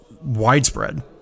widespread